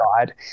god